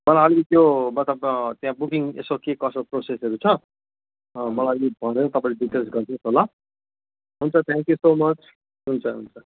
मलाई अनि त्यो मतलब त्यहाँ बुकिङ यसो के कसो प्रोसेसहरू छ मलाई अलिक फोन गरेर तपाईँले डिटेल्स गरिदिनुहोस् न ल हुन्छ थ्याङ्क्यु सो मच हुन्छ हुन्छ